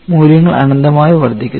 മൂല്യങ്ങൾ അനന്തമായി വർദ്ധിക്കുന്നു